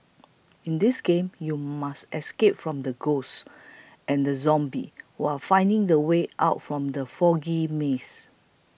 in this game you must escape from the ghosts and zombies while finding the way out from the foggy maze